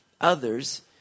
others